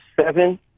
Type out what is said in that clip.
seven